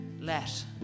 let